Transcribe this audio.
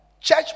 church